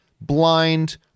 blind